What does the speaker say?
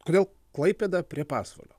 kodėl klaipėda prie pasvalio